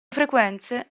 frequenze